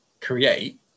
create